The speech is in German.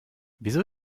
wieso